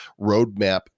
roadmap